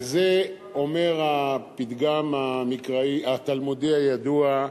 על זה אומר הפתגם התלמודי הידוע: